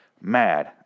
mad